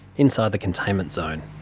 inside the containment zone.